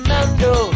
Mando